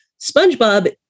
Spongebob